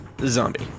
zombie